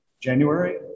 January